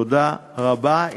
תודה רבה.